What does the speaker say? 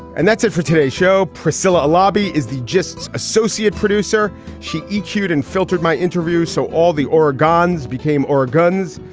and that's it for today's show, priscilla. a lobby is the justs associate producer. she is cute and filtered my interview so all the oregons became or guns.